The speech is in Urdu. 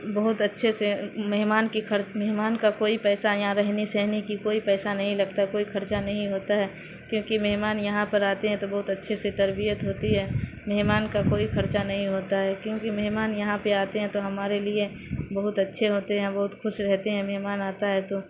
بہت اچھے سے مہمان کی مہمان کا کوئی پیسہ یہاں رہنے سہنے کی کوئی پیسہ نہیں لگتا کوئی خرچہ نہیں ہوتا ہے کیونکہ مہمان یہاں پر آتے ہیں تو بہت اچھے سے تربیت ہوتی ہے مہمان کا کوئی خرچہ نہیں ہوتا ہے کیونکہ مہمان یہاں پہ آتے ہیں تو ہمارے لیے بہت اچھے ہوتے ہیں بہت خوش رہتے ہیں مہمان آتا ہے تو